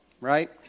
right